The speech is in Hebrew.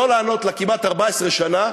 לא לענות לה כמעט 14 שנה,